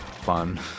fun